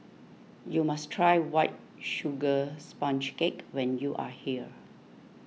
you must try White Sugar Sponge Cake when you are here